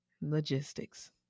logistics